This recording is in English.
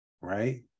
Right